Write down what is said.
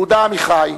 יהודה עמיחי,